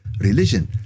religion